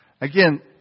Again